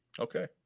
Okay